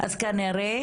אז כנראה